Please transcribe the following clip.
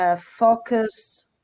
focus